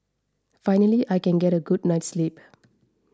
finally I can get a good night's sleep